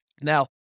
Now